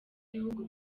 ibihugu